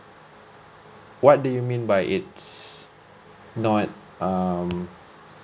what do you mean by it's no um